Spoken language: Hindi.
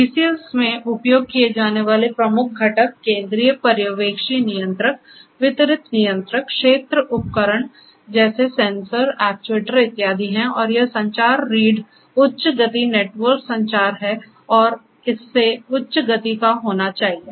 डीसीएस में उपयोग किए जाने वाले प्रमुख घटक केंद्रीय पर्यवेक्षी नियंत्रक वितरित नियंत्रक क्षेत्र उपकरण जैसे सेंसर एक्ट्यूएटर इत्यादि है और यह संचार रीढ़ उच्च गति नेटवर्क संचार हैऔर इसे उच्च गति का होना चाहिए